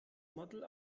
model